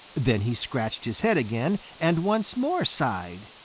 then he scratched his head again and once more sighed.